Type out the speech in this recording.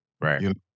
Right